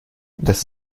das